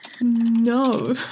No